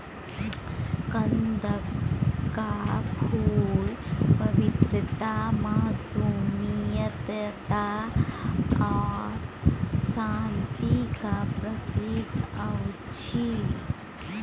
कंदक फुल पवित्रता, मासूमियत आ शांतिक प्रतीक अछि